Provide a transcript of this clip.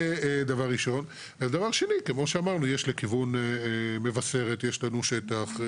דבר שני כמו שאמרנו, יש לכיוון מבשרת יש לנו שטח.